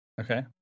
Okay